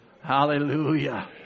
Hallelujah